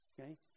Okay